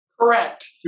Correct